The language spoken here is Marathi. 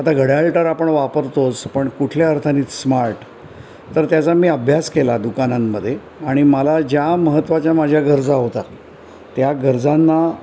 आता घड्याळ तर आपण वापरतोच पण कुठल्या अर्थानी स्मार्ट तर त्याचा मी अभ्यास केला दुकानांमध्ये आणि मला ज्या महत्त्वाच्या माझ्या गरजा होता त्या गरजांना